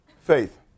faith